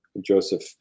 Joseph